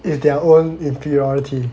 is their own inferiority